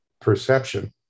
perception